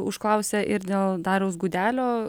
užklausę ir dėl dariaus gudelio